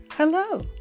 Hello